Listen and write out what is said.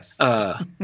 Yes